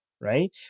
right